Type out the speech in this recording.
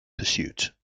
pursuit